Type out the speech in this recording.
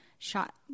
shot